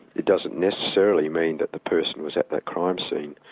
it doesn't necessarily mean that the person was at that crime scene,